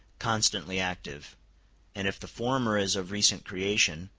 constantly active and if the former is of recent creation,